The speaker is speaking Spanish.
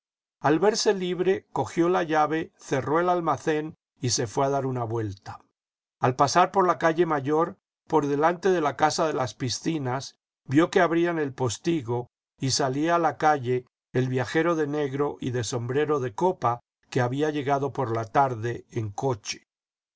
al verse libre cogió la llave cerró el almacén y se fué a dar una vuelta al pasar por la calle mayor por delante de casa de las piscinas vio que abrían el postigo y salía a la calle el viajero de negro y de sombrero de copa que había llegado por la tarde en coche